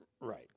Right